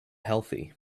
healthy